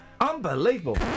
Unbelievable